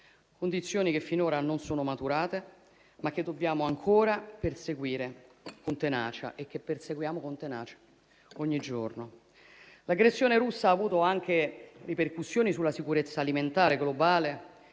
condizioni che finora non sono maturate, ma che dobbiamo ancora perseguire con tenacia, come stiamo facendo ogni giorno. L'aggressione russa ha avuto anche ripercussioni sulla sicurezza alimentare globale,